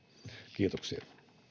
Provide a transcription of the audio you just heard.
kiitoksia